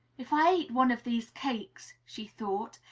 if i eat one of these cakes, she thought,